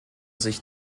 sich